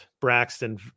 Braxton